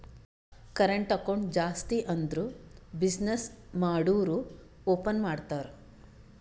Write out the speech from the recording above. current account ಜಾಸ್ತಿ ಅಂದುರ್ business ಮಾಡೂರು ಓಪನ್ ಮಾಡ್ತಾರ